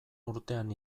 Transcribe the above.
urtean